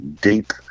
deep